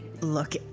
Look